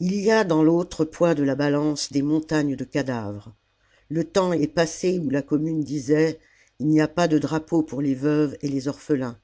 il y a dans l'autre poids de la balance des montagnes de cadavres le temps est passé où la commune disait il n'y a pas de drapeau pour les veuves et les orphelins